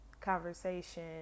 conversation